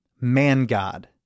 man-god